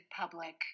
public